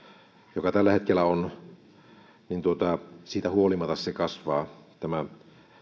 joka tällä hetkellä on niin siitä huolimatta kasvaa tämä